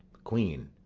queen.